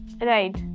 Right